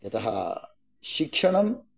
यतः शिक्षणं